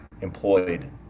employed